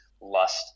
lust